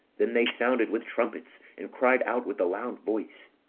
then they sounded with trumpets, and cried out with a loud voice.